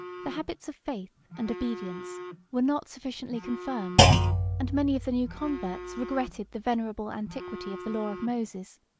the habits of faith and obedience were not sufficiently confirmed and many of the new converts regretted the venerable antiquity of the law of moses,